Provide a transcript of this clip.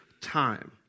time